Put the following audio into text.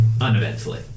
uneventfully